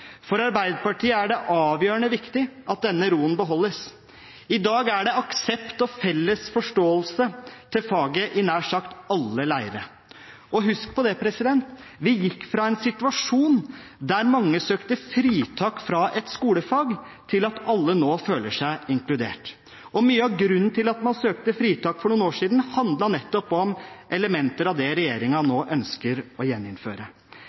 For Arbeiderpartiet er det avgjørende viktig at denne roen beholdes. I dag er det aksept og felles forståelse for faget i nær sagt alle leirer, og husk: Vi gikk fra en situasjon der mange søkte fritak fra et skolefag, til at alle nå føler seg inkludert. Og mye av grunnen til at man søkte fritak for noen år siden, handlet nettopp om elementer av det regjeringen nå ønsker å gjeninnføre.